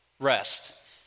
rest